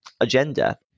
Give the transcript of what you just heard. agenda